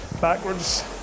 backwards